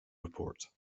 report